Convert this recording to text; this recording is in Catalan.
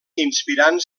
inspirant